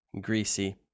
Greasy